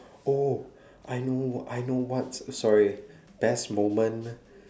oh I know I know what's sorry best moment